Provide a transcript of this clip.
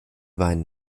weinen